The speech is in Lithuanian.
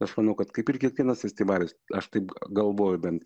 aš manau kad kaip ir kiekvienas festivalis aš taip galvoju bent